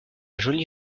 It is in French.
jolie